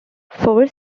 four